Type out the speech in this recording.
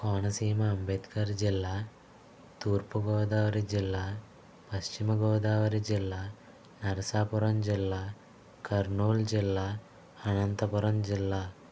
కోనసీమ అంబేద్కర్ జిల్లా తూర్పు గోదావరి జిల్లా పశ్చిమ గోదావరి జిల్లా నరసాపురం జిల్లా కర్నూల్ జిల్లా అనంతపురం జిల్లా